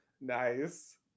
Nice